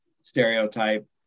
stereotype